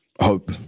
hope